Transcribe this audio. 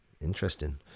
Interesting